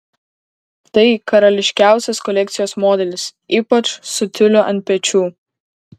tai karališkiausias kolekcijos modelis ypač su tiuliu ant pečių